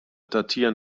datieren